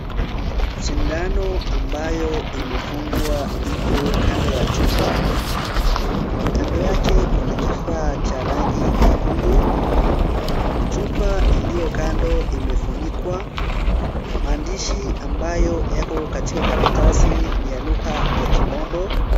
Sindano ambayo imefungwa iko kando ya chupa, kando yake kuna kifaa cha rangi nyekundu, chupa iliyo kando imefunikwa, maandishi ambayo yako katika karatasi ya lugha ya Kimombo.